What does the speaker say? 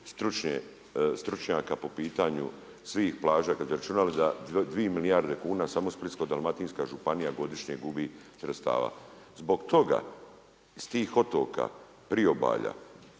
stručnjaka po pitanju svih plaža kada bi izračunali da dvije milijarde kuna samo Splitsko-dalmatinska županija godišnje gubi sredstava. Zbog toga s tih otoka, priobalja,